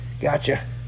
gotcha